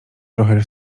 trochę